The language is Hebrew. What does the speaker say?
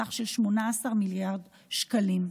בסך 18 מיליארד שקלים.